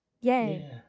Yay